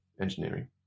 engineering